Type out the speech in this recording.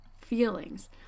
feelings